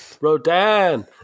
Rodan